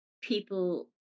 people